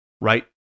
right